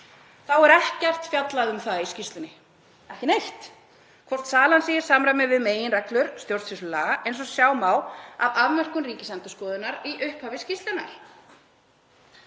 Þá er ekkert fjallað um það í skýrslunni, ekki neitt, hvort salan sé í samræmi við meginreglur stjórnsýsluréttar eins og sjá má af afmörkun Ríkisendurskoðunar í upphafi skýrslunnar.